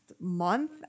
month